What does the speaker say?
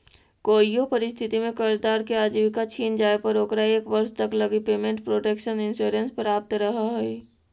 कोइयो परिस्थिति में कर्जदार के आजीविका छिन जाए पर ओकरा एक वर्ष तक लगी पेमेंट प्रोटक्शन इंश्योरेंस प्राप्त रहऽ हइ